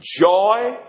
Joy